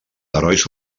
herois